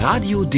Radio